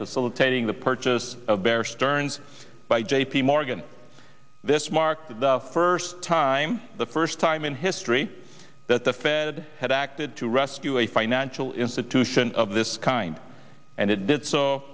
facilitating the purchase of bear stearns by j p morgan this marks the first time the first time in history that the fed had acted to rescue a financial institution of this kind and it did so